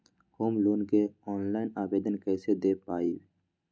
Home loan के online आवेदन कैसे दें पवई?